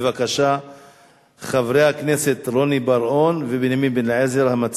המציעים הם רוני בר-און ובנימין בן-אליעזר.